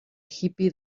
hippy